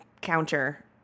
counter